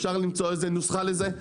אפשר למצוא איזו נוסחה לזה?